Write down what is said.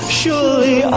surely